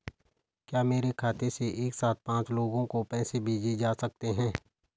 क्या मेरे खाते से एक साथ पांच लोगों को पैसे भेजे जा सकते हैं?